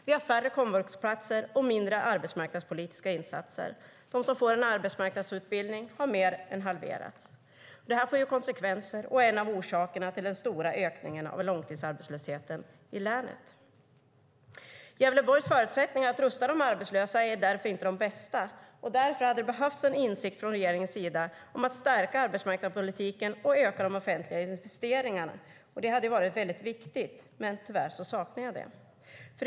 Vi har färre komvuxplatser och färre arbetsmarknadspolitiska insatser. Antalet personer som får en arbetsmarknadsutbildning har mer än halverats. Det här får konsekvenser och är en av orsakerna till den stora ökningen av långtidsarbetslösheten i länet. Gävleborgs förutsättningar att rusta de arbetslösa är inte de bästa. Därför hade det behövts en insikt hos regeringen att man behöver stärka arbetsmarknadspolitiken och öka de offentliga investeringarna. Det hade varit viktigt, men jag saknar tyvärr det.